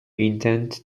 intent